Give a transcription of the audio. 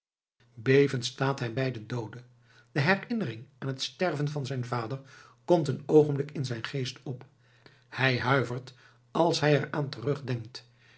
bevend staat hij bij de doode de herinnering aan het sterven van zijn vader komt een oogenblik in zijn geest op hij huivert als hij er aan terugdenkt